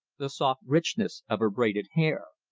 the soft richness of her braided hair.